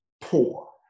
poor